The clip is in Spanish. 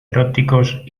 eróticos